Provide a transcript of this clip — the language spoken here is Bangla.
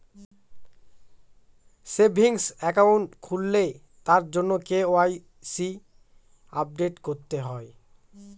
সেভিংস একাউন্ট খুললে তার জন্য কে.ওয়াই.সি আপডেট করতে হয়